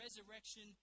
resurrection